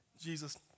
Jesus